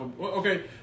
okay